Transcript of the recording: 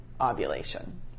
ovulation